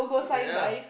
ya lah